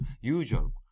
usual